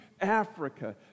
Africa